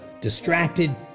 distracted